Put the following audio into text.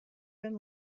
been